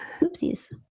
Oopsies